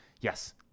yes